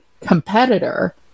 competitor